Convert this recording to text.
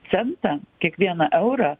centą kiekvieną eurą